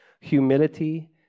humility